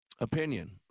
Opinion